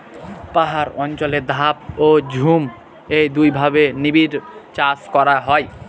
পাহাড় অঞ্চলে ধাপ ও ঝুম এই দুইভাবে নিবিড়চাষ করা হয়